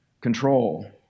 control